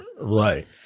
right